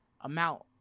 amount